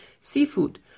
Seafood